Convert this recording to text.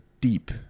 deep